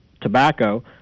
tobacco